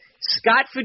Scott